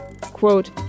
Quote